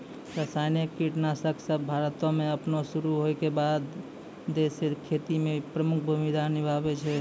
रसायनिक कीटनाशक सभ भारतो मे अपनो शुरू होय के बादे से खेती मे प्रमुख भूमिका निभैने छै